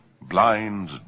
blind